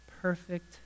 Perfect